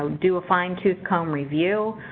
do a fine-toothed comb review.